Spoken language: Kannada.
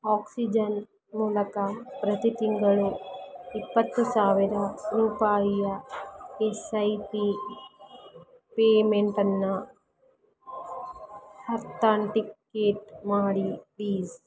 ಆಕ್ಸಿಜನ್ ಮೂಲಕ ಪ್ರತಿ ತಿಂಗಳು ಇಪ್ಪತ್ತು ಸಾವಿರ ರೂಪಾಯಿಯ ಎಸ್ ಐ ಪಿ ಪೇಮೆಂಟನ್ನು ಅತಂಟಿಕೇಟ್ ಮಾಡಿ ಪ್ಲೀಸ್